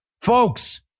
Folks